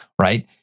right